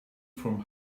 from